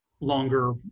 longer